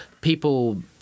people